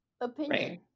opinion